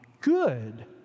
Good